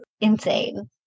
Insane